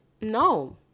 No